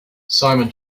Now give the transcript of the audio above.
simon